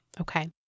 okay